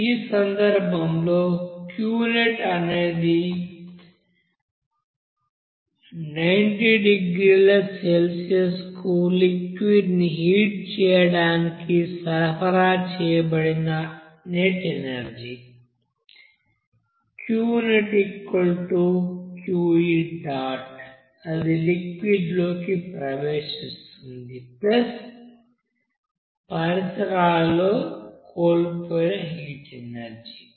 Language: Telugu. ఈ సందర్భంలో Qnet అనేది 90 డిగ్రీల సెల్సియస్కు లిక్విడ్ ని హీట్ చేయడానికి సరఫరా చేయబడిన నెట్ ఎనర్జీ Qne అది లిక్విడ్ లోకి ప్రవేశిస్తుందిపరిసరాలలో కోల్పోయిన హీట్ ఎనర్జీ